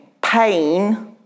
pain